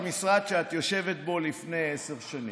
אני אומר שישבתי במשרד שאת יושבת בו לפני עשר שנים.